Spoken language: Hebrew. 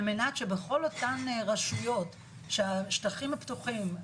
על מנת שכל אותן רשויות שהשטחים הפתוחים,